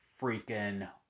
freaking